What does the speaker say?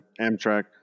Amtrak